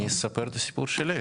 אני אספר את הסיפור שלי.